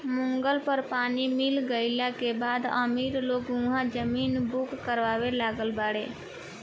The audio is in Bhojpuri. मंगल पर पानी मिल गईला के बाद अमीर लोग उहा जमीन बुक करावे लागल बाड़े